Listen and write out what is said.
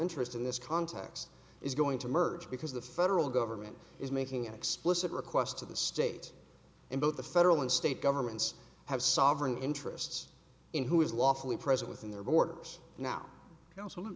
interest in this context is going to merge because the federal government is making explicit requests of the state and both the federal and state governments have sovereign interests in who is lawfully present within their borders now also